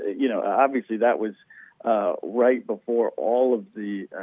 you know, obviously that was right before all of the